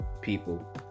people